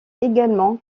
également